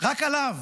רק עליו